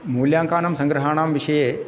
मूल्यङ्कानां सङ्ग्रहाणां विषये